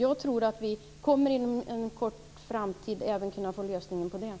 Jag tror därför att vi inom en snar framtid även kommer att kunna lösa detta.